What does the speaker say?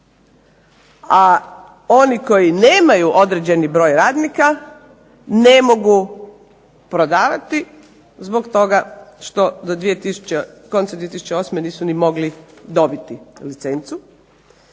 a oni koji nemaju određeni broj radnika ne mogu prodavati zbog toga što do konca 2008. nisu ni mogli dobiti licencu.